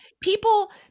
people